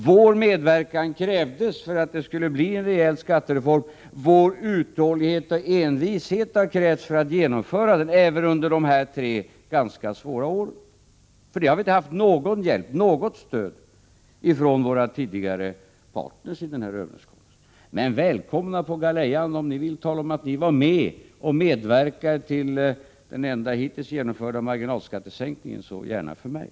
Vår medverkan krävdes för att det skulle bli en rejäl skattereform. Vår uthållighet och envishet har krävts för att genomföra den, även under de här tre ganska svåra åren. För det har vi inte fått någon hjälp eller något stöd från våra tidigare partner i den här överenskommelsen. Men välkomna på galejan, om ni vill var med och medverka till den hittills enda genomförda marginalskattesänkningen — gärna för mig.